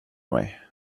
mig